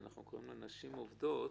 נשים עובדות,